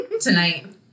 tonight